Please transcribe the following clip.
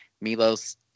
Milos